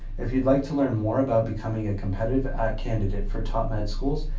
if you'd like to learn more about becoming a competitive candidate for top med schools,